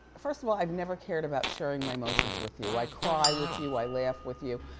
first of all, i've never cared about sharing my emotions with you. i cry with you, i laugh with you.